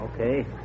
Okay